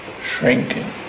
shrinking